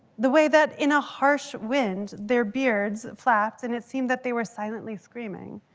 the way that in a harsh wind their beards flapped, and it seemed that they were silently screaming,